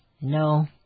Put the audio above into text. No